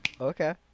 Okay